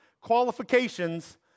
qualifications